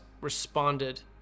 responded